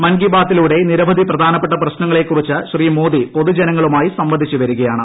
മൻകി ബാത്തിലൂടെ നിരവധി പ്രധാനപ്പെട്ട പ്രശ്നങ്ങളെ കുറിച്ച് ശ്രീ മോദി പൊതുജനങ്ങളുമായി സംവദിച്ചു വരികയാണ്